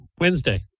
Wednesday